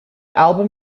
album